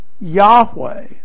Yahweh